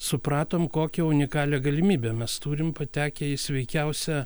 supratom kokią unikalią galimybę mes turim patekę į sveikiausią